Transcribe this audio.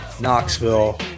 Knoxville